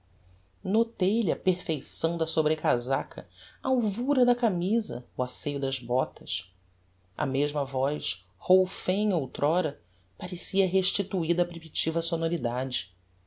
notei lhe a perfeição da sobrecasaca a alvura da camisa o aceio das botas a mesma voz roufenha outr'ora parecia restituida á primitiva sonoridade